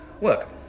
Work